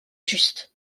juste